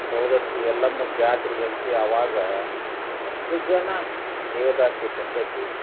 ಸವದತ್ತಿ ಯಲ್ಲಮ್ಮನ ಜಾತ್ರಿಗಂತೂ ಅವಾಗ ಎಷ್ಟು ಜನ ದೇವದಾಸಿ ಪದ್ಧತಿ